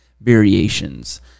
variations